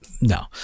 No